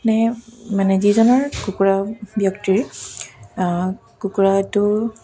নে মানে যিজনৰ কুকুৰা ব্যক্তিৰ কুকুৰাটো